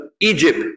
Egypt